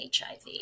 HIV